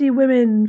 women